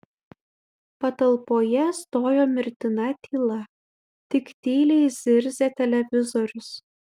patalpoje stojo mirtina tyla tik tyliai zirzė televizorius